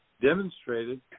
demonstrated